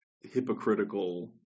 hypocritical